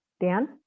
Dan